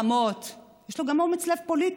במלחמות, יש לו גם אומץ לב פוליטי.